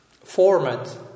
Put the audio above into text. format